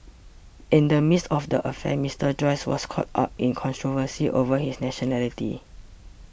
in the midst of the affair Mister Joyce was caught up in controversy over his nationality